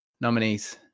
nominees